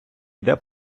йде